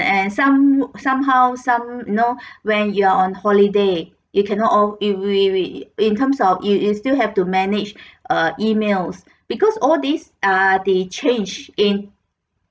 and some somehow some you know when you're on holiday you cannot all we we we in terms of you you still have to manage uh emails because all these are the change in